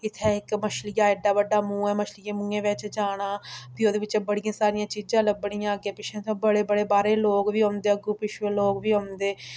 इत्थै इक मच्छलियें दा एड्डा बड्डा मूंह् ऐ मच्छलियें दे मूंहें बिच्च जाना फ्ही ओह्दे बिच्चा बड़ियां सारियां चीज़ां लब्भनियां अग्गें पिच्छें उत्थै बड़े बड़े बाह्रे दे लोक बी औंदे अग्गूं पिच्छूं लोक बी औंदे